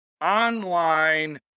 online